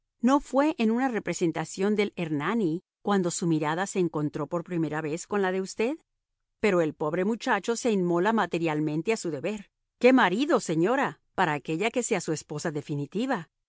no fue en una representación del hernani cuando su mirada se encontró por primera vez con la de usted pero el pobre muchacho se inmola materialmente a su deber qué marido señora para aquella que sea su esposa definitiva